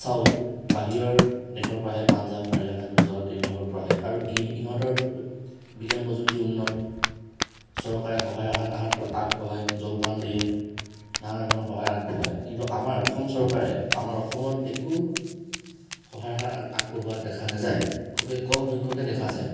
চাউল বাহিৰৰ দেশৰ পৰা আহে পাঞ্জাব হাৰিয়ানা গুজৰাট এইবিলাকৰ পৰা আহে আৰু ইহ ইহঁতৰ বিজ্ঞান প্ৰযুক্তি উন্নত চৰকাৰে সহায়ৰ হা হাত আগ আগবঢ়াই জলপান দিয়ে নানা ধৰণৰ সহায় আগবঢ়াই কিন্তু আমাৰ অসম চৰকাৰে আমাৰ অসমত একো সহায়ৰ হাত আ আগবঢ়োৱা দেখা নাযায় খুবেই কম সংখ্যকে দেখা যায়